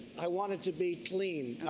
i want it to be clean.